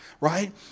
right